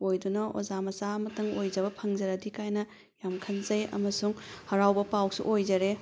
ꯑꯣꯏꯗꯨꯅ ꯑꯣꯖꯥ ꯃꯆꯥ ꯑꯃꯇꯪ ꯑꯣꯏꯖꯕ ꯐꯪꯖꯔꯗꯤ ꯀꯥꯏꯅ ꯌꯥꯝ ꯈꯟꯖꯩ ꯑꯃꯁꯨꯡ ꯍꯔꯥꯎꯕ ꯄꯥꯎꯁꯨ ꯑꯣꯏꯖꯔꯦ